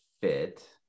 fit